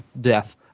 death